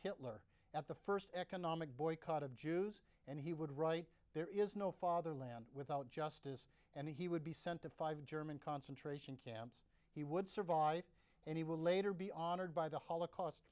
hitler at the first economic boycott of jews and he would write there is no fatherland without justice and he would be sent to five german concentration camps he would survive and he would later be honored by the holocaust